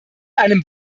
einem